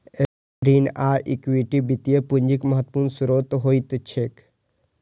ऋण आ इक्विटी वित्तीय पूंजीक महत्वपूर्ण स्रोत होइत छैक